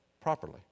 properly